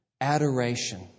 adoration